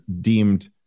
deemed